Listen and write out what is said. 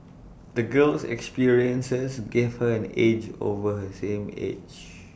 the girl's experiences gave her an edge over her same age